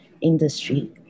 industry